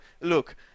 look